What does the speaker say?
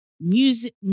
music